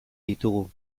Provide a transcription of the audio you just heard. ditugu